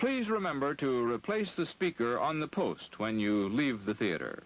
please remember to replace the speaker on the post when you leave the theater